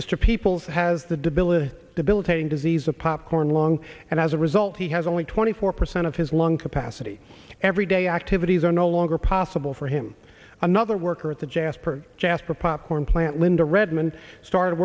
mr peoples has the debil a debilitating disease a popcorn long and as a result he has only twenty four percent of his lung capacity every day activities are no longer possible for him another worker at the jasper jasper popcorn plant linda redmond started